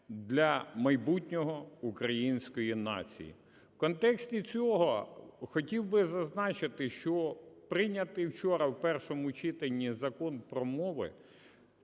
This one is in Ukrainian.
для майбутнього української нації. В контексті цього хотів би зазначити, що прийнятий вчора в першому читанні Закон про мови